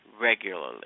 regularly